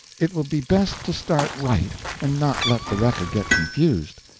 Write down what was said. it will be best to start right and not let the record get confused,